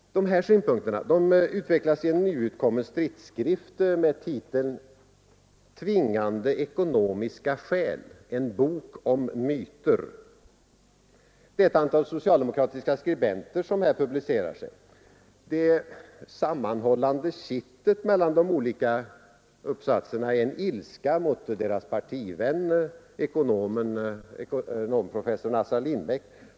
De här synpunkterna utvecklas i en nyutkommen stridsskrift med titeln ”Tvingande ekonomiska skäl, En bok om myter”. Det är ett antal socialdemokratiska skribenter som här publicerar sig. Det sammanhållande kittet mellan de olika uppsatserna är en ilska mot deras partivän professor Assar Lindbeck.